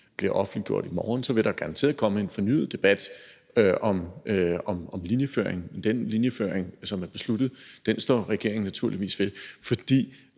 bliver offentliggjort i morgen, garanteret vil komme en fornyet debat om linjeføringen. Men den linjeføring, der er besluttet, står regeringen naturligvis ved. For